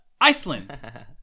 iceland